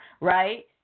right